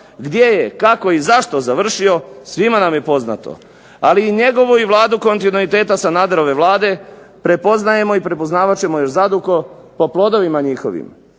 Gdje je, kako i zašto završio svima nam je poznato. Ali i njegovu i Vladu kontinuiteta Sanaderove Vlade prepoznajemo i prepoznavat ćemo je zadugo, po plodovima njihovim.